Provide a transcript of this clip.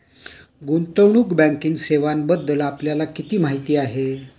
गुंतवणूक बँकिंग सेवांबद्दल आपल्याला किती माहिती आहे?